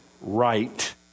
right